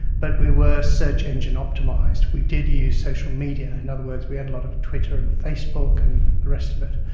but we were search engine optimised, we did use social media. in other words, we had a lot of twitter and facebook and the rest of it.